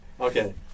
Okay